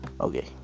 okay